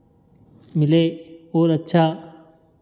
मिले और अच्छा